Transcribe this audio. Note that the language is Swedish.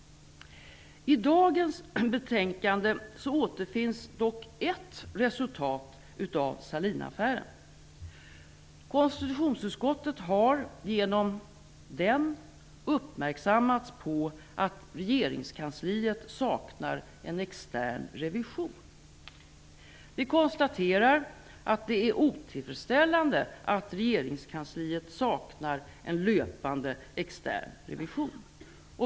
I dagens betänkande återfinns dock ett resultat av Sahlinaffären. Genom den har konstitutionsutskottet uppmärksammats på att regeringskansliet saknar en extern revision. Vi konstaterar att det är otillfredsställande att regeringskansliet saknar en löpande extern revision.